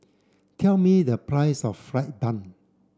tell me the price of fried bun